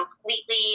completely